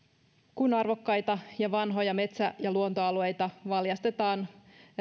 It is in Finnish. kun arvokkaita ja vanhoja metsä ja luontoalueita valjastetaan